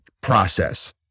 process